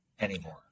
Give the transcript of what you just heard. anymore